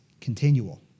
continual